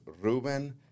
Ruben